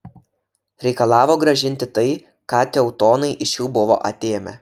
reikalavo grąžinti tai ką teutonai iš jų buvo atėmę